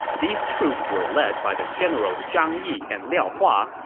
these troops were led by the generals zhang yi and liao hua,